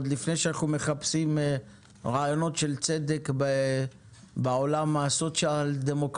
עוד לפני שאנחנו מחפשים רעיונות של צדק בעולם הסוציאל-דמוקרטי,